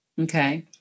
Okay